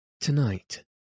Tonight